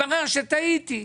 התברר שטעיתי.